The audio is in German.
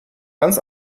ganz